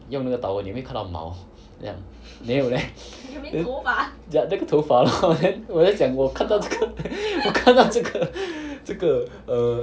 用那个有没有看到毛 then 没有 leh then ya 那个头发 lor then 我就讲我看到这个 我看到这个这个 err